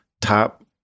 top